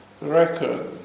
record